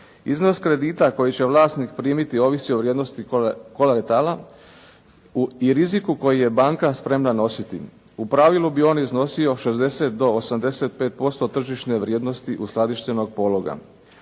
Iznos kredita koji će vlasnik primiti ovisi o vrijednosti kolaretala i riziku koji je banka spremna nositi. U pravilu bi on iznosio 60 do 85% tržišne vrijednosti uskladištenog pologa.